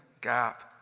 gap